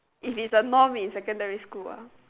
if is the norm in secondary school ah